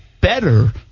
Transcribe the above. better